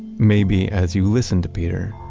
maybe as you listen to peter,